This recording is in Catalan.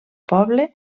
poble